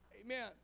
Amen